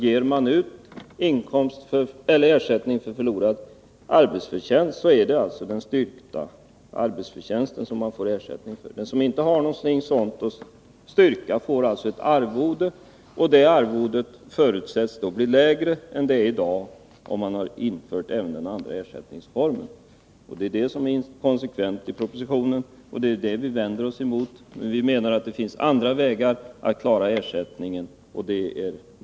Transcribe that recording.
Ger vi ut ersättning för förlorad arbetsförtjänst, är det den styrkta arbetsförtjänsten som man får ersättning för. Den som inte har någon styrkt arbetsförtjänst får ett arvode. Detta arvode föreslås bli lägre än det är i dag, om man har infört även andra ersättningsformer. Detta är inkonsekvent i propositionen, och det är detta vi vänder oss emot. Det finns andra vägar att klara ersättningen.